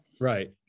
Right